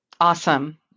Awesome